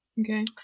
Okay